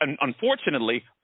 unfortunately